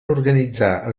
organitzar